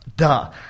Duh